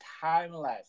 timeless